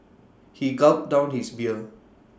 he gulped down his beer